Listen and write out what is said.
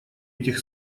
этих